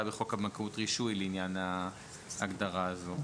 בחוק הבנקאות (רישוי) לעניין ההגדרה הזאת.